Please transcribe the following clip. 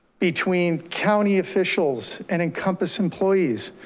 between county officials and encompass employees,